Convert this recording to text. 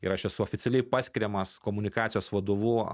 ir aš esu oficialiai paskiriamas komunikacijos vadovu